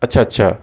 اچھا اچھا